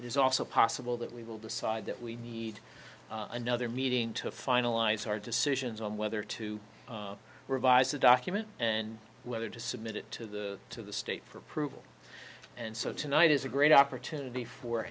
is also possible that we will decide that we need another meeting to finalize our decisions on whether to revise the document and whether to submit it to the to the state for approval and so tonight is a great opportunity for